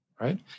right